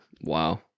Wow